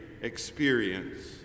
experience